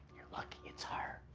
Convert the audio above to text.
lucky it's her.